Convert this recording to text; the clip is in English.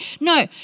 No